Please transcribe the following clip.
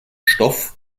stoff